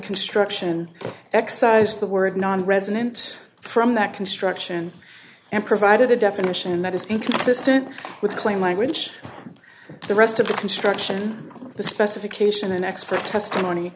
construction excised the word nonresident from that construction and provided a definition that is inconsistent with claim language the rest of the construction of the specification an expert testimony